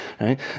Right